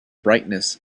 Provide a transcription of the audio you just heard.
brightness